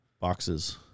boxes